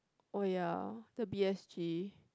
oh ya the B_S_G